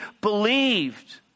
believed